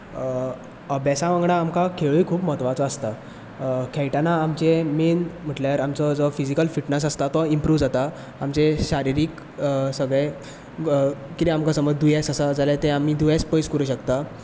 अभ्यासा वांगडा आमकां खेळूय खूब म्हत्वाचो आसता खेळटना आमचें मेन म्हणल्यार आमचो जो फिजिकल फिटनस आसता तो इमप्रुव जाता आमचे शारिरीक सगळें कितें आमकां समज दुयेंस आसा जाल्यार आमी तें दुयेंस पयस करूंक शकतात